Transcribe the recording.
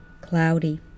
cloudy